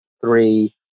three